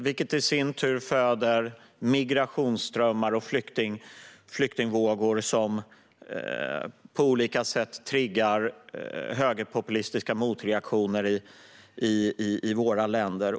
De föder i sin tur migrationsströmmar och flyktingvågor som på olika sätt triggar högerpopulistiska motreaktioner i våra länder.